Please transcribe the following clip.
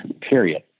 period